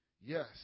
Yes